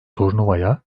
turnuvaya